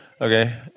Okay